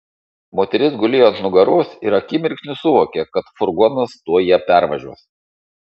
moteris gulėjo ant nugaros ir akimirksniu suvokė kad furgonas tuoj ją pervažiuos